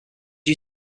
you